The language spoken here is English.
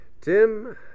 Tim